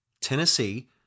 Tennessee